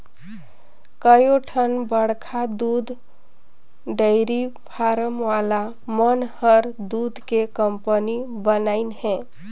कयोठन बड़खा दूद डेयरी फारम वाला मन हर दूद के कंपनी बनाईंन हें